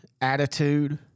attitude